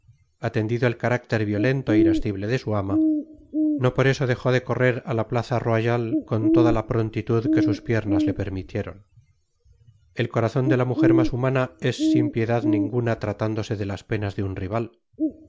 atendido el carácter violento é irascible de su ama no por eso dejó de correr á la plaza royale con toda la prontitud que sus piernas le permitieron el corazón de la mujer mas humana es sin piedad ninguna tratándose de las penas de una rival